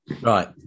Right